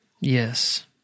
Yes